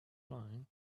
flying